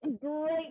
great